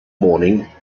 morning